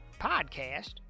podcast